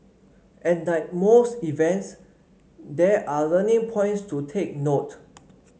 and like most events there are learning points to take note